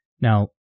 Now